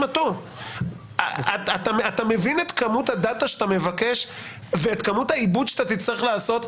אתה מבין את כמות הדאטה שאתה מבקש ואת כמות העיבוד שתצטרך לעשות?